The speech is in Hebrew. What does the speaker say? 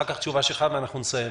אחר כך תשובה שלך ואנחנו נסיים.